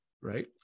Right